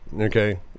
okay